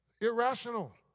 Irrational